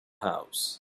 house